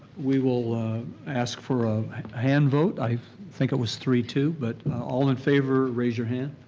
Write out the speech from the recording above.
we will ask for a hand vote. i think it was three two but all in favor, raise your hand.